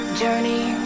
journey